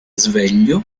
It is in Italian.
sveglio